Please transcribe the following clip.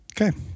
Okay